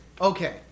Okay